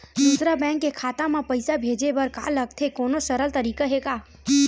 दूसरा बैंक के खाता मा पईसा भेजे बर का लगथे कोनो सरल तरीका हे का?